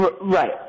Right